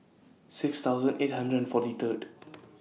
six thousand eight hundred and forty Third